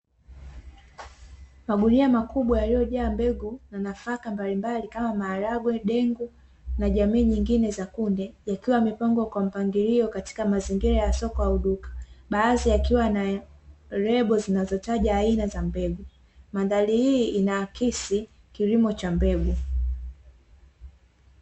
Magunia makubwa yalioajaa mbegu na nafaka mbalimbali kama maharagwe dengu na jamii nyingine za kunde yakiwa yamepangwa kwa mpangilio katika mazingira ya soko au duka baadhi yakiwa na lebo zinazotaja aina za mbegu. Mandhari hii inahakisi kilimo cha mbegu.